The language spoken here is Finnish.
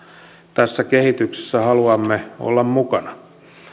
tässä kehityksessä haluamme olla mukana